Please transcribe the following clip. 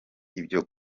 ibyo